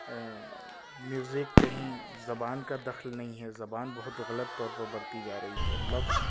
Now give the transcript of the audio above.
music کہیں زبان کا دخل نہیں ہے زبان بہت غلط طور پر برتی جا رہی ہے لفظ